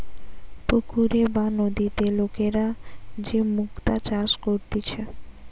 পুকুরে বা নদীতে লোকরা যে মুক্তা চাষ করতিছে